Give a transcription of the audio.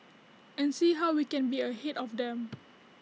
and see how we can be ahead of them